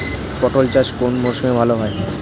পটল চাষ কোন মরশুমে ভাল হয়?